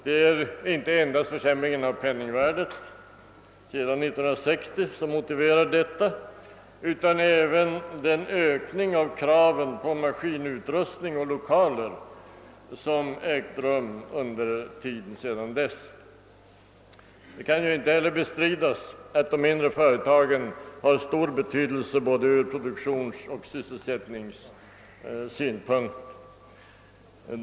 Det är inte endast försämringen av penningvärdet sedan 1960 som motiverar detta, utan även den ökning av kraven på maskinutrustning och lokaler som ägt rum under tiden sedan dess. Det kan ju inte heller bestridas att de mindre företagen har stor betydelse ur både produktionsoch sysselsättningssynpunkt.